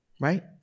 right